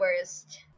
worst